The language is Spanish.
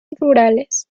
rurales